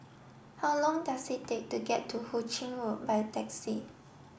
how long does it take to get to Hu Ching Road by taxi